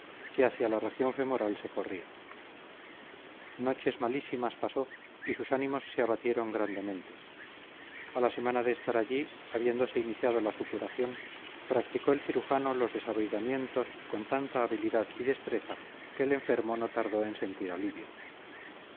que hacia la región femoral se corría noches malísimas pasó y sus ánimos se abatieron grandemente a la semana de estar allí habiéndose iniciado la supuración practicó el cirujano los desbridamientos con tanta habilidad y destreza que el enfermo no tardó en sentir alivio